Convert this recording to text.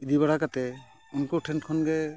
ᱤᱫᱤ ᱵᱟᱲᱟ ᱠᱟᱛᱮᱫ ᱩᱱᱠᱩ ᱴᱷᱮᱱ ᱠᱷᱚᱱ ᱜᱮ